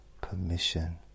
permission